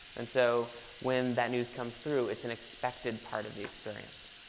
and so when that news comes through, it's an expected part of the experience.